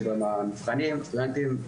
שבמבחנים סטודנטים,